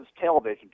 television